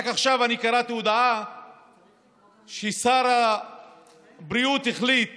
רק עכשיו אני קראתי הודעה ששר הבריאות החליט